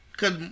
Cause